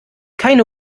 keine